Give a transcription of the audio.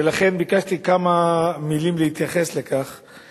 ולכן ביקשתי להתייחס לכך בכמה מלים.